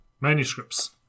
Manuscripts